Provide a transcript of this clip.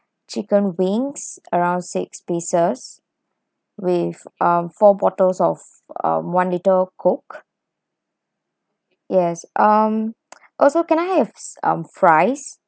chicken wings around six pieces with um four bottles of um one liter coke yes um also can I have s~ um fries